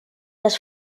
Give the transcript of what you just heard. des